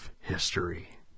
history